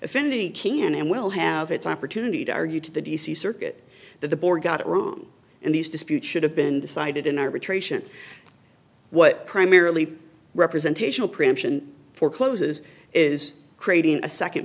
any can and will have its opportunity to argue to the d c circuit that the board got it wrong and these disputes should have been decided in arbitration what primarily representational preemption forecloses is creating a second